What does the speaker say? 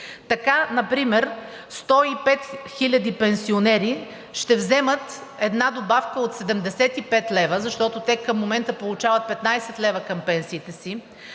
Така например 105 хиляди пенсионери ще вземат една добавка от 75 лв., защото те към момента получават 15 лв. към пенсиите си,